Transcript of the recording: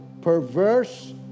perverse